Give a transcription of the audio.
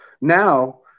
now